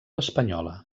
espanyola